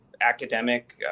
academic